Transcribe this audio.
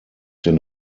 den